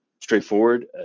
straightforward